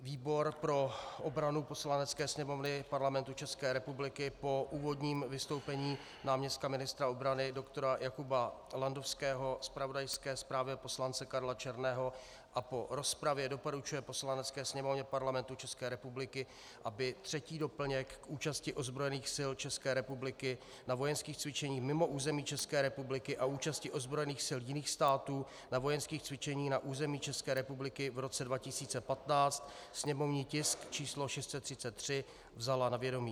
Výbor pro obranu Poslanecké sněmovny Parlamentu České republiky po úvodním vystoupení náměstka ministra obrany dr. Jakuba Landovského, zpravodajské zprávě poslance Karla Černého a po rozpravě doporučuje Poslanecké sněmovně Parlamentu České republiky, aby 3. doplněk k účasti ozbrojených sil České republiky na vojenských cvičeních mimo území České republiky a účasti ozbrojených sil jiných států na vojenských cvičeních na území České republiky v roce 2015, sněmovní tisk číslo 633, vzala na vědomí.